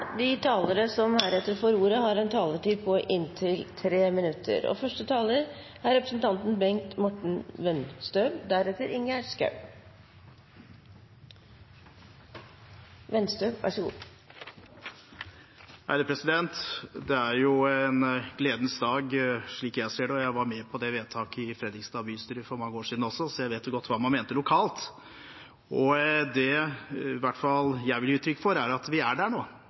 De talere som heretter får ordet, har en taletid på inntil 3 minutter. Det er en gledens dag, slik jeg ser det. Jeg var med på det vedtaket i Fredrikstad bystyre for mange år siden også, så jeg vet godt hva man mente lokalt. Det i hvert fall jeg vil gi uttrykk for, er at vi er der nå.